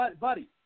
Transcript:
Buddy